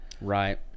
Right